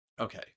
Okay